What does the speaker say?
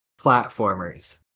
platformers